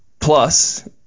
plus